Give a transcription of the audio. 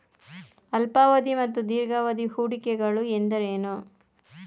ಅಲ್ಪಾವಧಿ ಮತ್ತು ದೀರ್ಘಾವಧಿ ಹೂಡಿಕೆಗಳು ಎಂದರೇನು?